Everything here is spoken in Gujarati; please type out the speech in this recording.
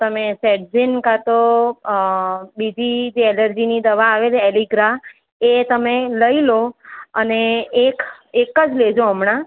તમે સેકજિન ક્યાં તો બીજી જે અલર્જીની દવા આવે છે એલીગ્રા એ તમે લઇ લો અને એક એક જ લેજો હમણાં